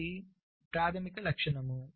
ఇది ప్రాథమిక లక్షణం